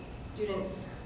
students